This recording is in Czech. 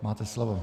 Máte slovo.